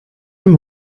him